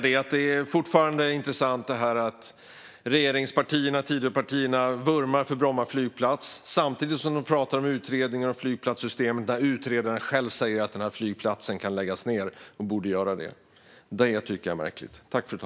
Det är fortfarande intressant att regeringspartierna, eller Tidöpartierna, vurmar för Bromma flygplats samtidigt som de pratar om en utredning om flygplatssystem i vilken utredaren själv säger att denna flygplats kan - och borde - läggas ned. Det tycker jag är märkligt.